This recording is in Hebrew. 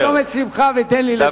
תפגין את אומץ לבך ותן לי לדבר.